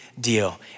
deal